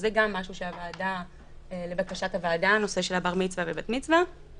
וגם נושא בר המצווה ובת המצווה הוא לבקשת הוועדה.